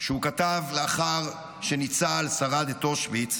שהוא כתב לאחר שניצל, שרד את אושוויץ,